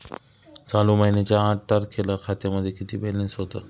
चालू महिन्याच्या आठ तारखेला खात्यामध्ये किती बॅलन्स होता?